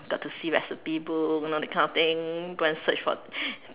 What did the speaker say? start to see recipe book you know that kind of thing go and search for